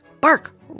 bark